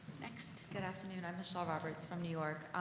next. good afternoon. i'm michelle roberts from new york.